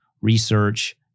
research